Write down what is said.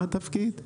מה התפקיד?